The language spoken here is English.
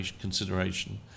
consideration